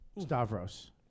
Stavros